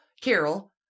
Carol